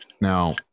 now